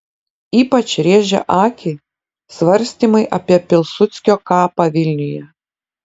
ypač rėžia akį svarstymai apie pilsudskio kapą vilniuje